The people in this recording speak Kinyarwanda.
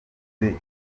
gihugu